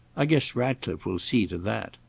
i guess ratcliffe will see to that.